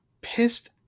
pissed